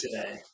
today